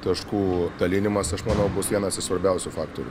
taškų dalinimas aš manau bus vienas iš svarbiausių faktorių